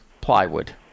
plywood